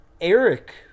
Eric